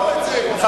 שנייה.